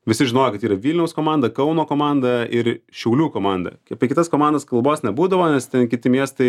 visi žinojo kad yra vilniaus komanda kauno komanda ir šiaulių komanda apie kitas komandas kalbos nebūdavo nes ten kiti miestai